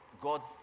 God's